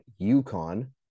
UConn